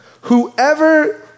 Whoever